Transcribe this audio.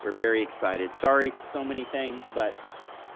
we're very excited. sorry, so many things, but